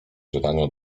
czytaniu